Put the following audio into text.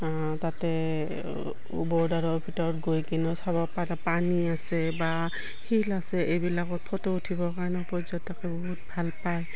তাতে বৰ্ডাৰৰ ভিতৰত গৈ কিনো চাব পাৰ পানী আছে বা শিল আছে এইবিলাকত ফটো উঠিবৰ কাৰণে পৰ্যটকে বহুত ভাল পায়